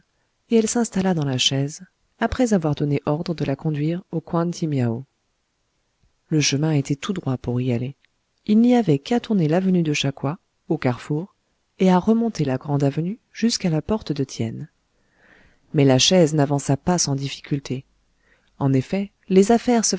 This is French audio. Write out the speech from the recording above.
et elle s'installa dans la chaise après avoir donné ordre de la conduire au koan ti miao le chemin était tout droit pour y aller il n'y avait qu'à tourner l'avenue de cha coua au carrefour et à remonter la grande avenue jusqu'à la porte de tien mais la chaise n'avança pas sans difficultés en effet les affaires